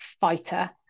fighter